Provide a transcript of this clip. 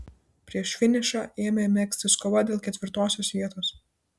prieš finišą ėmė megztis kova dėl ketvirtosios vietos